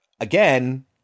Again